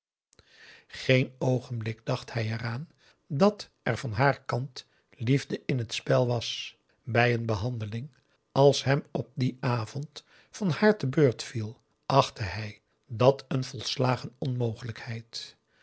geen oogenblik dacht hij er aan dat er van haar kant liefde in het spel was bij een behandeling als hem op dien avond van haar te beurt viel achtte hij dat een volslagen onmogelijkheid